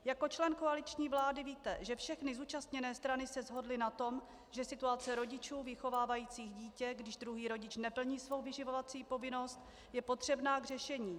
Jako člen koaliční vlády víte, že všechny zúčastněné strany se shodly na tom, že situace rodičů, vychovávajících dítě, když druhý rodič neplní svou vyživovací povinnost, je potřebná k řešení.